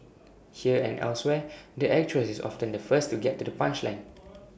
here and elsewhere the actress is often the first to get to the punchline